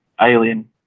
alien